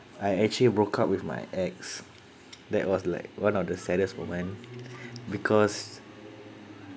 I actually broke up with my ex that was like one of the saddest moment because